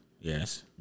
Yes